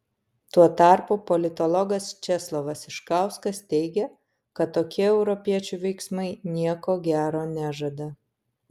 tuo tarpu politologas česlovas iškauskas teigia kad tokie europiečių veiksmai nieko gero nežada